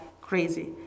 crazy